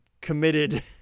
committed